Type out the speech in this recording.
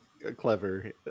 Clever